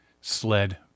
sled